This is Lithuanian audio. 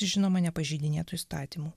žinoma nepažeidinėtų įstatymų